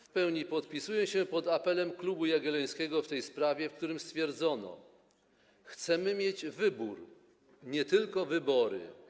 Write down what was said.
W pełni podpisuję się pod apelem Klubu Jagiellońskiego w tej sprawie, w którym stwierdzono: Chcemy mieć wybór, nie tylko wybory.